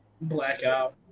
blackout